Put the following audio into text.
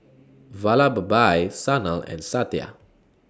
Vallabhbhai Sanal and Satya